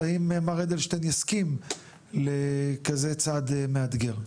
האם מר אדלשטיין יסכים לכזה צעד מאתגר.